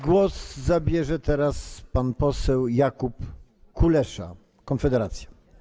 Głos zabierze teraz pan poseł Jakub Kulesza, Konfederacja.